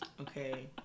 Okay